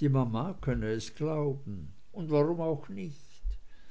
die mama könne es glauben und warum auch nicht